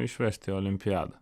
išvesti į olimpiadą